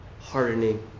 hardening